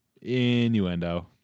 innuendo